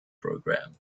programme